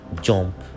jump